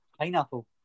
pineapple